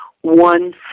one